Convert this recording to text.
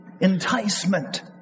enticement